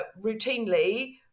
routinely